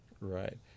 right